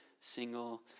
single